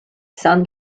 san